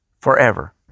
Forever